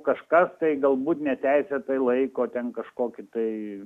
kažkas tai galbūt neteisėtai laiko ten kažkokį tai